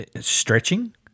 stretching